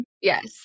Yes